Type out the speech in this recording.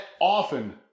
often